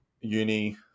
uni